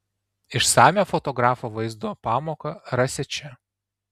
išsamią fotografo vaizdo pamoką rasi čia